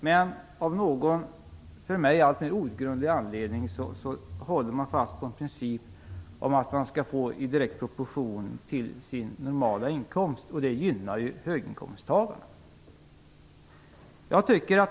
Men av någon för mig alltmer outgrundlig anledning håller man fast vid principen om ersättning i direkt proportion till normal inkomst, och det gynnar höginkomsttagarna.